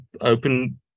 open